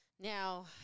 Now